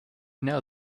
know